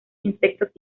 insectos